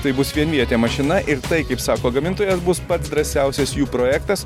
tai bus vienvietė mašina ir tai kaip sako gamintojas bus pats drąsiausias jų projektas